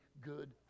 good